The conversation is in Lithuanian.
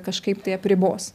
kažkaip tai apribos